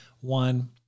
one